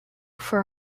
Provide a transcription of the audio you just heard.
for